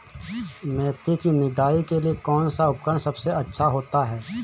मेथी की निदाई के लिए कौन सा उपकरण सबसे अच्छा होता है?